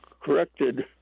corrected